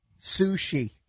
sushi